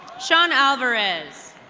shaun alverez.